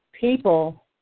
people